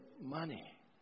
money